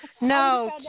no